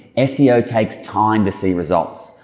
ah seo takes time to see results.